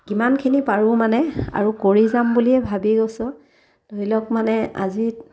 কিমানখিনি পাৰোঁ মানে আৰু কৰি যাম বুলিয়ে ভাবি গৈছোঁ ধৰি লওক মানে আজি